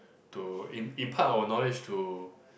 to im~ impart our knowledge to